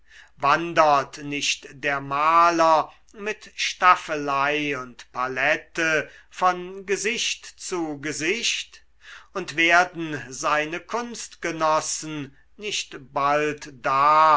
wandert nicht der maler mit staffelei und palette von gesicht zu gesicht und werden seine kunstgenossen nicht bald da